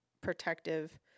protective